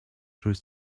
rwyt